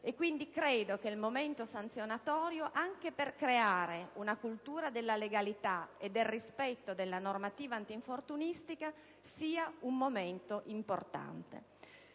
quindi che il momento sanzionatorio, anche per creare una cultura della legalità e del rispetto della normativa antinfortunistica, sia importante.